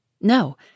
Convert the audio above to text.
No